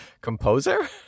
Composer